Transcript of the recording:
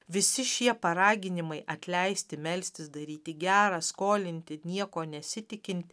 visi šie paraginimai atleisti melstis daryti gera skolinti nieko nesitikint